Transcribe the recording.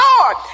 Lord